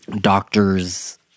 doctors